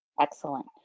Excellent